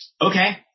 Okay